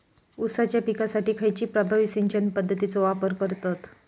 ऊसाच्या पिकासाठी खैयची प्रभावी सिंचन पद्धताचो वापर करतत?